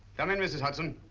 come in, mrs. hudson.